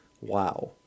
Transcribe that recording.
Wow